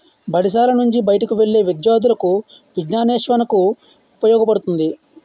బడిశాల నుంచి బయటకు వెళ్లే విద్యార్థులకు విజ్ఞానాన్వేషణకు ఉపయోగపడుతుంది